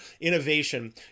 innovation